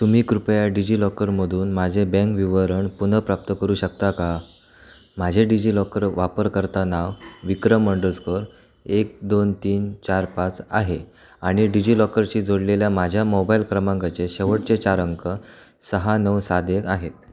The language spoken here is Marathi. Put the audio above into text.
तुम्ही कृपया डिजिलॉकरमधून माझे बँक विवरण पुनर्प्राप्त करू शकता का माझे डिजिलॉकर वापरकर्ता नाव विक्रम अंडस्कोर एक दोन तीन चार पाच आहे आणि डिजिलॉकरशी जोडलेल्या माझ्या मोबाईल क्रमांकाचे शेवटचे चार अंक सहा नऊ सात एक आहेत